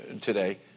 today